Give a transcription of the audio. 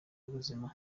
w’ubuzima